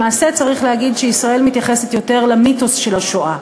למעשה צריך להגיד שישראל מתייחסת יותר למיתוס של השואה,